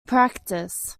practice